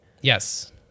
Yes